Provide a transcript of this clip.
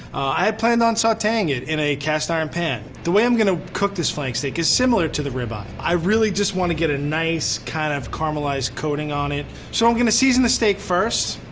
i had planned on sauteing it in a cast iron pan. the way i'm gonna cook this flank steak is similar to the rib-eye. i really just wanna get a nice kind of caramelized coating on it, so i'm gonna season the steak first.